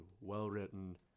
well-written